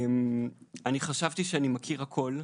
אני חשבתי שאני מכיר הכל,